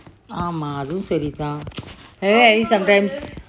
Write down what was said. ஆமா அதுவும் சரி தா:amaa athuvum sari thaa sometimes